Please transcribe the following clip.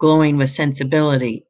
glowing with sensibility,